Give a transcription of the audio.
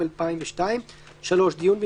לצורך השתתפותם בדיונים שיורה נשיא בית המשפט